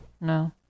no